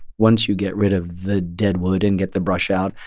once you get rid of the deadwood and get the brush out,